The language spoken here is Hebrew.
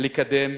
לקדם.